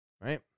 right